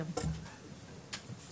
אחוזי המוצדקות שאנחנו מדברים מגיעים ל-54%,